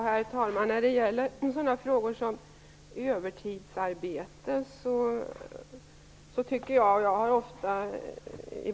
Herr talman!